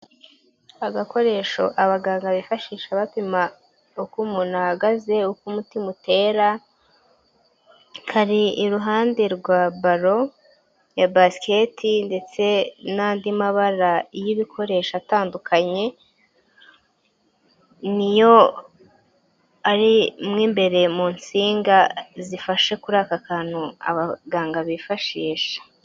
Agakoresho abaganga bifashisha bapima uko umuntu ahagaze, uko umutima utera, kari iruhande rwa baro ya basiketi, ndetse n'andi mabara y'ibikoresho atandukanye, ni yo ari mo imbere mu nsinga zifashe kuri aka kantu abaganga bifashisha.